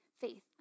faith